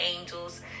angels